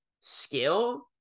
skill